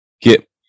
get